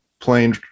plane